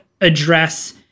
address